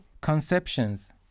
conceptions